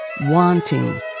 wanting